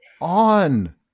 on